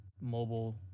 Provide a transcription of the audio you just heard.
mobile